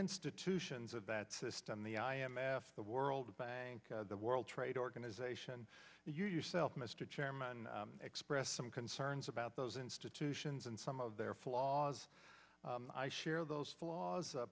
institutions of that system the i m f the world bank the world trade organization you yourself mr chairman expressed some concerns about those institutions and some of their flaws i share those flaws